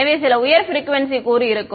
எனவே சில உயர் ப்ரிக்குவேன்சி கூறு இருக்கும்